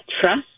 trust